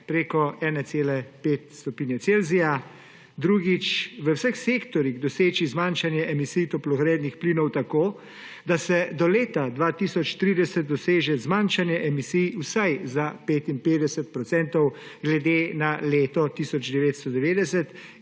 preko 1,5 stopinje Celzija. Drugič, v vseh sektorjih doseči zmanjšanje emisij toplogrednih plinov tako, da se do leta 2030 doseže zmanjšanje emisij vsaj za 55 % glede na leto 1990